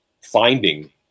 finding